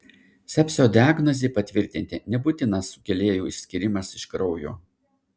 sepsio diagnozei patvirtinti nebūtinas sukėlėjų išskyrimas iš kraujo